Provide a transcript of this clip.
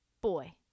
Boy